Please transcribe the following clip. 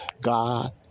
God